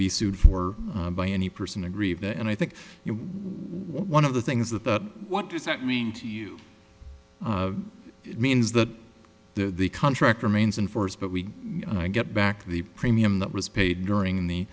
be sued for by any person aggrieved and i think one of the things that that what does that mean to you it means that the contract remains in force but we get back the premium that was paid during the